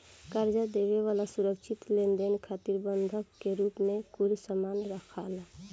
कर्जा देवे वाला सुरक्षित लेनदेन खातिर बंधक के रूप में कुछ सामान राखेला